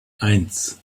eins